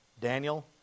Daniel